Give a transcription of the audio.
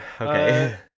Okay